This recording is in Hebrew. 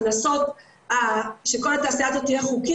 הכנסות שכל התעשיה הזאת תהיה חוקית